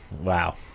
Wow